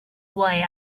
way